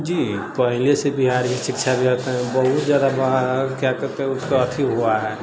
जी पहिलेसँ बिहारके शिक्षा व्यवस्थामे बहुत जादा क्या कहते है उसका अथी हुआ है